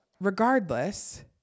Regardless